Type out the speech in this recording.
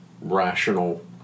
rational